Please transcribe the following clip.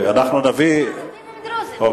ערבים הם דרוזים.